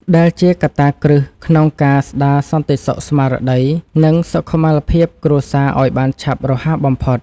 ដែលជាកត្តាគ្រឹះក្នុងការស្ដារសន្តិសុខស្មារតី និងសុខុមាលភាពគ្រួសារឱ្យបានឆាប់រហ័សបំផុត។